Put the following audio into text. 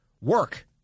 work